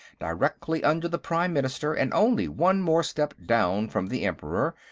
directly under the prime minister and only one more step down from the emperor,